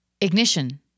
Ignition